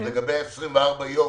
לגבי ה-24 ימים,